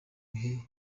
bihe